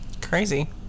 Crazy